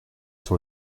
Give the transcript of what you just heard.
sur